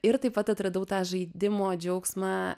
ir taip pat atradau tą žaidimo džiaugsmą